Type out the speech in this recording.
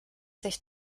sich